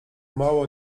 mało